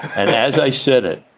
and as i said it,